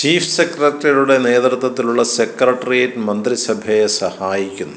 chief സെക്രട്ടറിയുടെ നേതൃത്വത്തിലുള്ള secretariat മന്ത്രിസഭയെ സഹായിക്കുന്നു